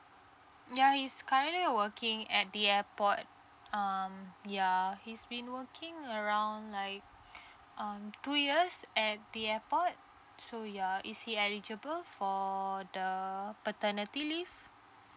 ya he's currently working at the airport um yeah he's been working around like um two years at the airport so ya is he eligible for the paternity leave